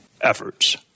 efforts